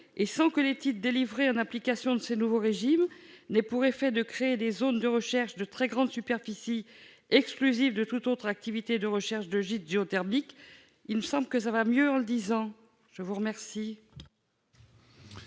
et sans que les petites délivrée en application de ce nouveau régime n'ait pour effet de créer des zones de recherche de très grande superficie exclusive de toute autre activité de recherche de gîtes géothermiques ils me savent que ça va mieux en le disant, je vous remercie.